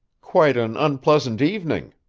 quite an unpleasant evening,